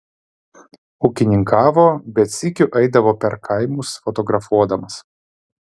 ūkininkavo bet sykiu eidavo per kaimus fotografuodamas